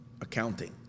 Accounting